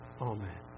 Amen